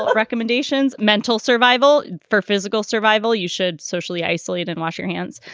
ah recommendations. mental survival for physical survival. you should socially isolated and wash your hands.